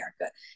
America